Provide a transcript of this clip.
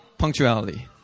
punctuality